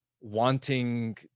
wanting